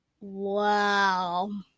Wow